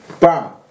Bam